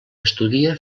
estudia